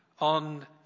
on